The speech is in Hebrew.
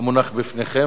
המונח בפניכם,